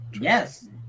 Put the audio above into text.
yes